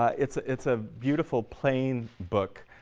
ah it's it's a beautiful, plain book,